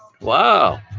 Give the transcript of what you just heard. Wow